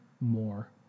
more